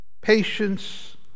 patience